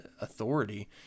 authority